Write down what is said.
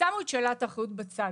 שמו את שאלת האחריות בצד.